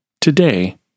today